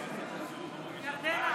מסקנות